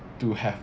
to have